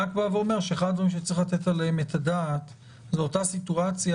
אחד הדברים שצריך לתת עליהם את הדעת זאת אותה הסיטואציה